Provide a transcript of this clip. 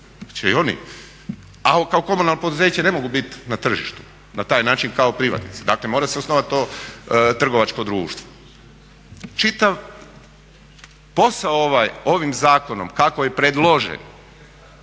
A kao komunalno poduzeće ne mogu biti na tržištu na taj način kao privatnici. Dakle, mora se osnovati to trgovačko društvo. Čitav posao ovim zakonom kako je predložen